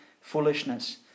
foolishness